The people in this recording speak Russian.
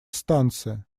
станция